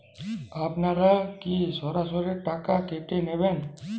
আপনারা কি সরাসরি টাকা কেটে নেবেন?